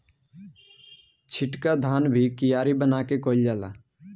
छिटका धान भी कियारी बना के कईल जाला